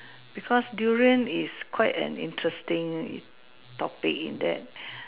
because durian is quite an interesting topic in that